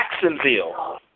Jacksonville